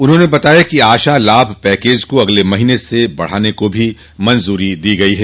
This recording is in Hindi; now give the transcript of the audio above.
उन्होंने बताया कि आशा लाभ पैकेज अगले महीने से बढ़ाने को भी मंजूरी दी गई है